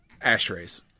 Ashtrays